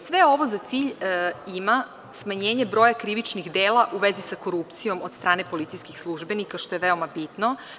Sve ovo za cilj ima smanjenje broja krivičnih dela u vezi sa korupcijom od strane policijskih službenika, što je veoma bitno.